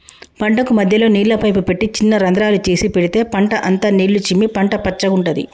పంటకు మధ్యలో నీళ్ల పైపు పెట్టి చిన్న రంద్రాలు చేసి పెడితే పంట అంత నీళ్లు చిమ్మి పంట పచ్చగుంటది